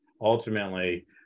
ultimately